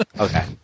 Okay